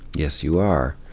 yes, you are.